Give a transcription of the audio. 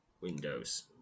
windows